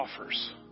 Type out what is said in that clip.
offers